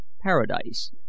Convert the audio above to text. paradise